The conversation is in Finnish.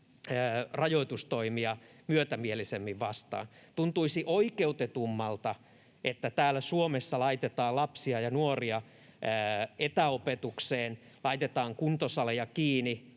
rajoitustoimia myötämielisemmin vastaan. Tuntuisi oikeutetummalta, että täällä Suomessa laitetaan lapsia ja nuoria etäopetukseen ja laitetaan kuntosaleja kiinni,